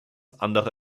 andere